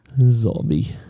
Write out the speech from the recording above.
zombie